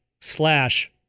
slash